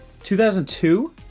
2002